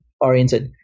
oriented